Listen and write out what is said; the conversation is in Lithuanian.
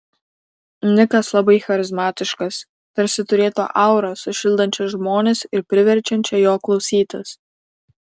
nikas labai charizmatiškas tarsi turėtų aurą sušildančią žmones ir priverčiančią jo klausytis